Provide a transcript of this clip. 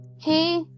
hey